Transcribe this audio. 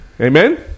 Amen